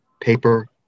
Paper